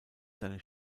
seine